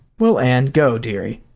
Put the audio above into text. well, anne, go, dearie.